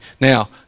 Now